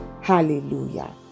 Hallelujah